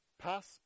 pass